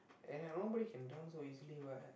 and nobody can drown so easily what